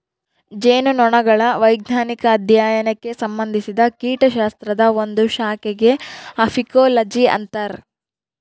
ಜೇನುನೊಣಗಳ ವೈಜ್ಞಾನಿಕ ಅಧ್ಯಯನಕ್ಕೆ ಸಂಭಂದಿಸಿದ ಕೀಟಶಾಸ್ತ್ರದ ಒಂದು ಶಾಖೆಗೆ ಅಫೀಕೋಲಜಿ ಅಂತರ